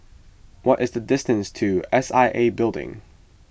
what is the distance to S I A Building